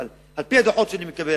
אבל על-פי הדוחות שאני מקבל,